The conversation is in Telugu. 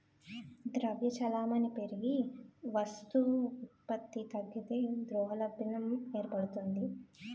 ద్రవ్య చలామణి పెరిగి వస్తు ఉత్పత్తి తగ్గితే ద్రవ్యోల్బణం ఏర్పడుతుంది